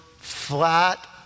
flat